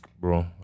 bro